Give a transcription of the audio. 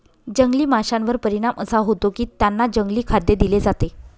जंगली माशांवर परिणाम असा होतो की त्यांना जंगली खाद्य दिले जाते